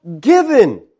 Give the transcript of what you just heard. given